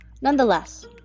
Nonetheless